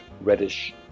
reddish